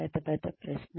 పెద్ద పెద్ద ప్రశ్న